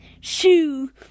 Shoo